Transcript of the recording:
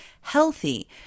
healthy